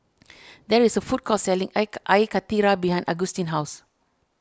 there is a food court selling Ike Air Karthira behind Augustin's house